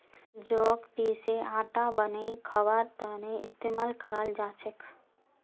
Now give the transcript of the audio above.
जौ क पीसे आटा बनई खबार त न इस्तमाल कराल जा छेक